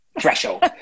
Threshold